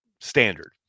standard